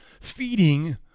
feeding